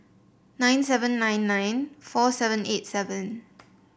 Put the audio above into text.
nine seven nine nine four seven eight seven